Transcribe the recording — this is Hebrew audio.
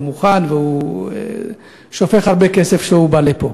מוכן והוא שופך הרבה כסף כשהוא בא לפה.